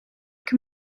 can